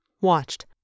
watched